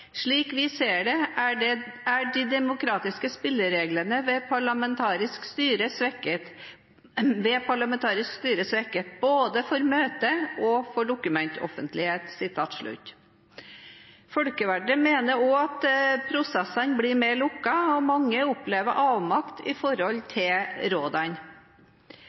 vi ser det, er de demokratiske spillereglene ved parlamentarisk styre svekket både for møte- og for dokumentoffentlighet.» Folkevalgte mener også at prosessene blir mer lukket, og mange opplever avmakt overfor rådene. I